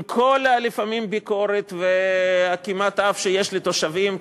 עם כל הביקורת לפעמים ועקימת האף שיש לתושבים,